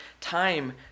time